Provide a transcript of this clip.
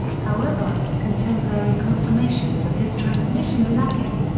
however, contemporary confirmations of this transmission are lacking.